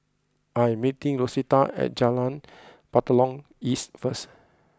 I am meeting Rosita at Jalan Batalong East first